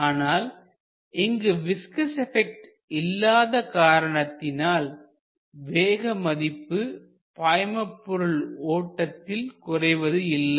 ஆனால் இங்கு viscous effect இல்லாத காரணத்தினால்வேக மதிப்பு பாய்மபொருள் ஓட்டத்தில் குறைவது இல்லை